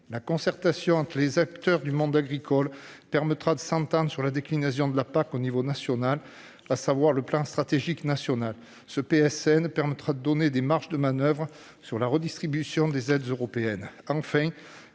La concertation entre les acteurs du monde agricole permettra de s'entendre sur la déclinaison de la PAC à l'échelon national, à savoir le plan stratégique national (PSN). Ce plan permettra de donner des marges de manoeuvre aux États dans la redistribution des aides européennes.